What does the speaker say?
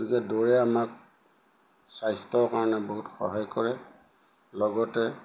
গতিকে দৌৰে আমাক স্বাস্থ্যৰ কাৰণে বহুত সহায় কৰে লগতে